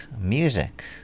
music